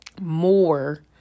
more